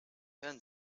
hören